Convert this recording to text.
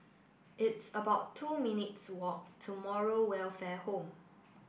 it's about two minutes' walk to Moral Welfare Home